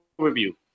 overview